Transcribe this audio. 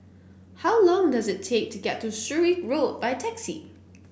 how long does it take to get to Surrey Road by taxi